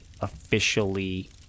officially –